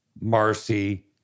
Marcy